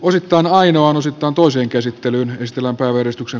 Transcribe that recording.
osittain aina on osittain toisen käsittelyn estellä kurvisen